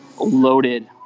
loaded